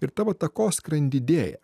ir tavo takoskyra jin didėja